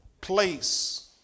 place